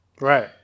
Right